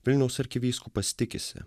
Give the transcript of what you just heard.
vilniaus arkivyskupas tikisi